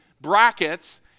brackets